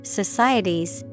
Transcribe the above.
societies